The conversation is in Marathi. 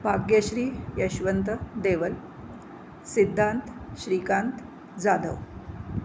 भाग्यश्री यशवंत देवल सिद्धांत श्रीकांत जाधव